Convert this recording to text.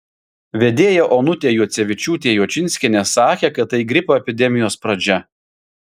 vedėja onutė juocevičiūtė juočinskienė sakė kad tai gripo epidemijos pradžia